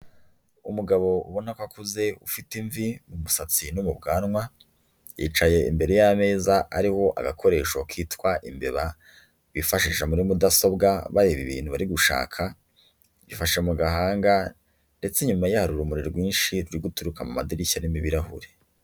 Umugabo ubona ko akuze ufite imvi mu musatsi no mu bwanwa, yicaye imbere y'ameza ariho agakoresho kitwa imbeba bifashisha muri mudasobwa bareba ibintu bari gushaka, yifasha mu gahanga ndetse inyuma ye hari urumuri rwinshi ruri guturuka mu madirishya arimo ibirahure.